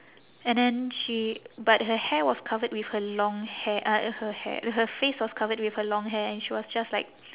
and then she but her hair was covered with her long hair uh her hair her face was covered with her long hair and she was just like